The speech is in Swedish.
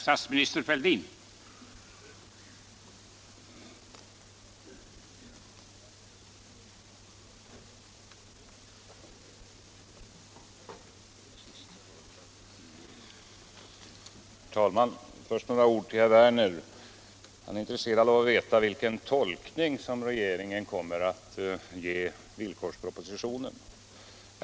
Herr talman! Först några ord till herr Werner, som är intresserad av att veta vilken tolkning regeringen kommer att ge villkorspropositionen.